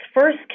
first